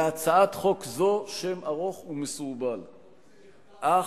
להצעת חוק זו שם ארוך ומסורבל, אך,